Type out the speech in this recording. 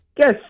Yes